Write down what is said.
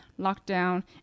lockdown